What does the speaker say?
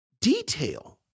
detail